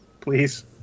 Please